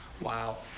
wow.